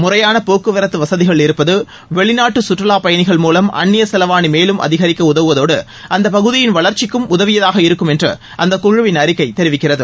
முறையான போக்குவரத்து வசதிகள் இருப்பது வெளிநாட்டு சுற்றுவா பயணகள் மூவம் அந்நிய செலாவணி மேலும் அதிகரிக்க உதவுவதோடு அந்த பகுதியின் வளர்ச்சிக்கும் உதவியாக இருக்கும் என்று அந்த குழுவின் அறிக்கை தெரிவிக்கிறது